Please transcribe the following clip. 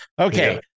Okay